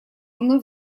вновь